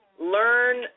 learn